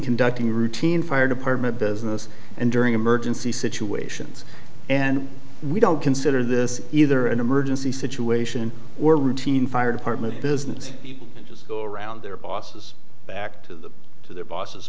routine fire department business and during emergency situations and we don't consider this either an emergency situation or routine fire department business people just go around their bosses back to the to their bosses